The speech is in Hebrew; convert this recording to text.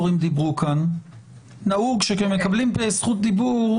התרחשו שנים קודם לכן במסגרת תהליכים של "חוקה בהסכמה"